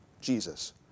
Jesus